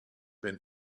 been